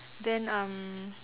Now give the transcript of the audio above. then um